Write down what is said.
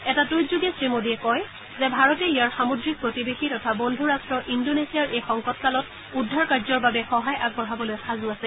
এটা টুইটযোগে শ্ৰীমোডীয়ে কয় যে ভাৰতে ইয়াৰ সামুদ্ৰিক প্ৰতিবেশী তথা বন্ধুৰট্ট ইন্দোনেছিয়াৰ এই সংকটকালত উদ্ধাৰ কাৰ্যৰ বাবে সহায় আগবঢ়াবলৈ সাজু আছে